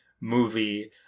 movie